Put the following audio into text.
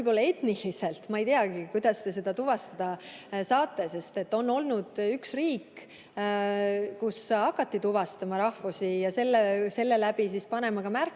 etniliselt ... Ma ei teagi, kuidas te seda tuvastada saate. On olnud üks riik, kus hakati tuvastama rahvusi ja siis panema ka märke